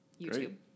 YouTube